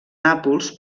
nàpols